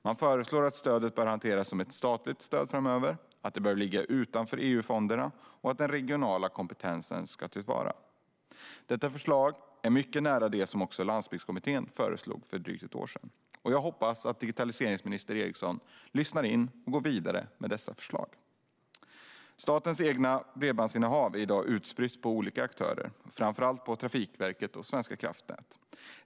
Man föreslår att stödet framöver bör hanteras som ett statligt stöd, att det bör ligga utanför EU-fonderna och att den regionala kompetensen ska tas till vara. Detta förslag ligger mycket nära det som Landsbygdskommittén föreslog för drygt ett år sedan. Jag hoppas att digitaliseringsminister Eriksson lyssnar in och går vidare med dessa förslag. Statens eget bredbandsinnehav är i dag utspritt på olika aktörer, framförallt på Trafikverket och Svenska kraftnät.